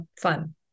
fun